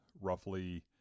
roughly